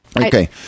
Okay